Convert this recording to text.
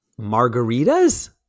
margaritas